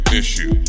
issue